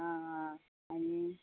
आं आनी